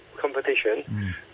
competition